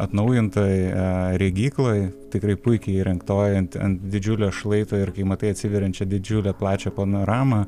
atnaujintoj regykloj tikrai puikiai įrengtoj ant ant didžiulio šlaito ir kai matai atsiveriančią didžiulę plačią panoramą